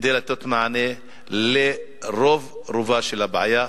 כדי לתת מענה לרוב רובה של הבעיה.